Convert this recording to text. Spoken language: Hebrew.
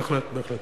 בהחלט, בהחלט.